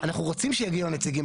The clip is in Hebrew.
אנחנו רוצים שיגיעו הנציגים.